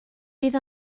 bydd